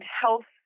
health